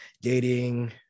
dating